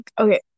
Okay